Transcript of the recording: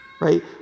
right